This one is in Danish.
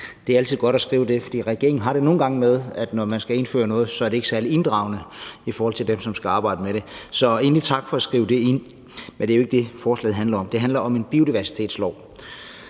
Det er altid godt at skrive det, for regeringen har det nogle gange med, at når de skal indføre noget, er det ikke særlig inddragende i forhold til dem, som skal arbejde med det. Så tak for at skrive det ind, men det er jo ikke det, forslaget handler om. Det handler om en biodiversitetslov.